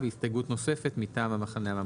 והסתייגות נוספת מטעם המחנה הממלכתי.